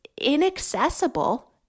inaccessible